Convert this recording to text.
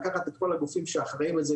לקחת את כל הגופים שהאחראים על זה,